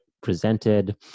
presented